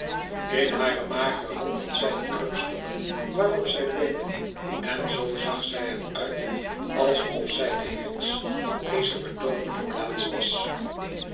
in hare magere hand had zij een krukstok waarop zij leunde en zoo zag zij er uit alsof zij de heks van deze betooverde plaats was